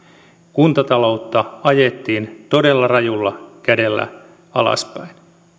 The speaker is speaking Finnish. kuntataloutta ajettiin todella rajulla kädellä alaspäin